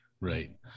right